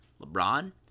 LeBron